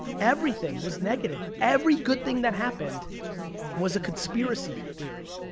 everything was negative. every good thing that happened was a conspiracy theory.